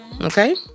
Okay